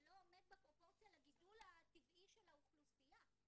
זה לא עומד בפרופורציה לגידול הטבעי של האוכלוסייה.